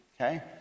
okay